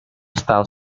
style